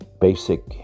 Basic